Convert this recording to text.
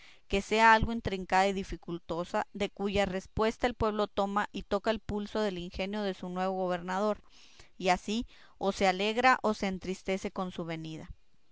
que sea algo intricada y dificultosa de cuya respuesta el pueblo toma y toca el pulso del ingenio de su nuevo gobernador y así o se alegra o se entristece con su venida